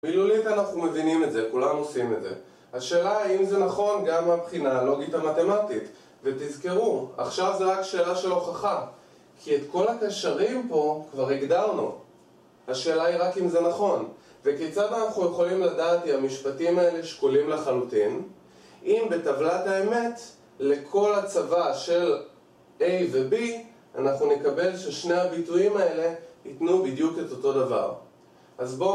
מילולית אנחנו מבינים את זה, כולם עושים את זה השאלה האם זה נכון גם מהבחינה הלוגית המתמטית ותזכרו, עכשיו זה רק שאלה של הוכחה כי את כל הקשרים פה כבר הגדרנו השאלה היא רק אם זה נכון וכיצד אנחנו יכולים לדעת אם המשפטים האלה שקולים לחלוטין? אם בטבלת האמת, לכל הצבה של A ו-B אנחנו נקבל ששני הביטויים האלה ייתנו בדיוק את אותו דבר. אז בואו